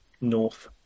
north